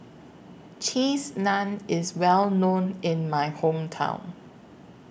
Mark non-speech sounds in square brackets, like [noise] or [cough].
[noise] Cheese Naan IS Well known in My Hometown